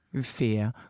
fear